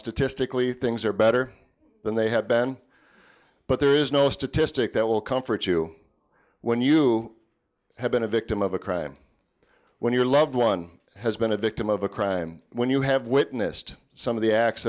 statistically things are better than they have been but there is no statistic that will comfort you when you have been a victim of a crime when your loved one has been a victim of a crime when you have witnessed some of the acts